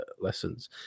lessons